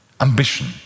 ambition